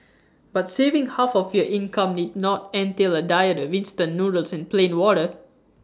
but saving half of your income need not entail A diet of instant noodles and plain water